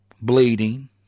Bleeding